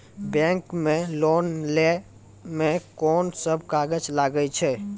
Bank मे loan लै मे कोन सब कागज लागै छै?